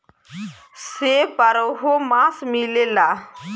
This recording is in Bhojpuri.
सेब बारहो मास मिलला